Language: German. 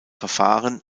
verfahren